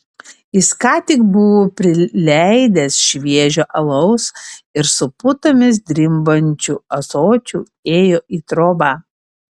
jis ką tik buvo prileidęs šviežio alaus ir su putomis drimbančiu ąsočiu ėjo į trobą